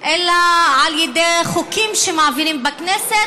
אלא על ידי חוקים שמעבירים בכנסת,